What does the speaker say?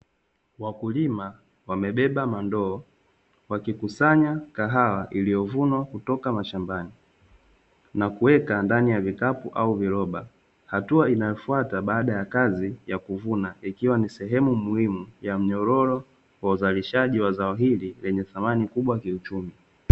Wakulima wamebeba mandoo, wakikusanya kahawa iliyovunwa kutoka mashambani na kuweka ndani ya vikapu au viroba. Hatua inayofuata baada ya kazi ya kuvuna ikiwa ni sehemu muhimu ya mnyororo wa uzalishaji wa zao hili lenye thamani kubwa ya kiuchumi.